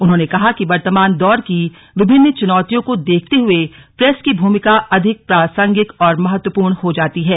उन्होंने कहा कि वर्तमान दौर की विभिन्न चुनौतियों को देखते हुए प्रेस की भूमिका अधिक प्रासंगिक और महत्वपूर्ण हो जाती है